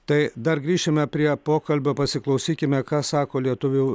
tai dar grįšime prie pokalbio pasiklausykime ką sako lietuvių